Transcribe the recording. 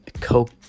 coke